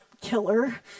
killer